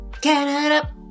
canada